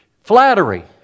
Flattery